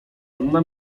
anna